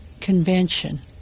convention